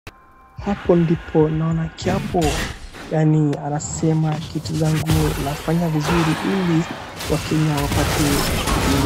Hapo ndipo naona kiapo yaani anasema kitu za nguo nafanya vizuri ili Wakenya wapate kitu.